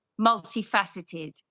multifaceted